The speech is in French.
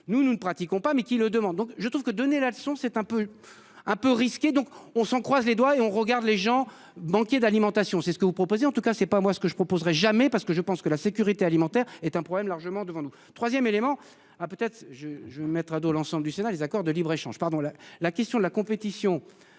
nous, nous ne pratiquons pas, mais qui le demande. Donc je trouve que donner la leçon, c'est un peu un peu risqué, donc on s'sent croise les doigts et on regarde les gens banquier d'alimentation. C'est ce que vous proposez en tout cas c'est pas moi ce que je proposerais jamais parce que je pense que la sécurité alimentaire est un problème largement devant nous 3ème élément. Ah peut-être je je vais mettre à dos l'ensemble du Sénat les accords de libre-échange pardon la la question de la compétition